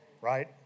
Right